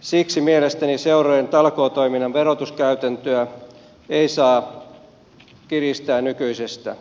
siksi mielestäni seurojen talkootoiminnan verotuskäytäntöä ei saa kiristää nykyisestä